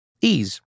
Ease